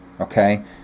Okay